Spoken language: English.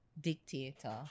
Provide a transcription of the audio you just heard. dictator